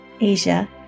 Asia